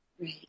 Right